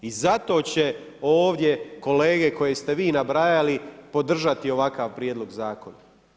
I zato će ovdje kolege koji ste vi nabrajali podržati ovakav prijedlog zakona.